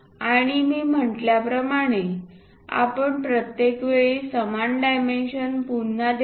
आणि मी म्हटल्याप्रमाणेआपण प्रत्येक वेळी समान डायमेन्शन पुन्हा देत नाही